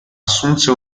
assunse